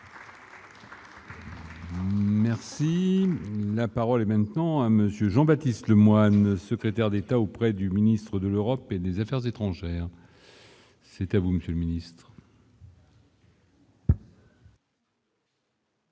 Merci. La parole est maintenant à Monsieur Jean-Baptiste Lemoyne, secrétaire d'État auprès du ministre de l'Europe et des Affaires étrangères. C'est à vous, Monsieur le Ministre.